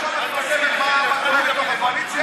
את חושבת מה קורה בתוך הקואליציה,